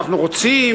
אנחנו רוצים,